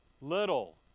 Little